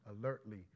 alertly